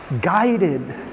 guided